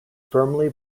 firmly